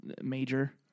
major